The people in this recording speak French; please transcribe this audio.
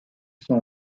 son